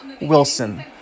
Wilson